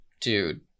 Dude